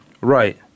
Right